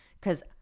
Cause